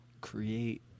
create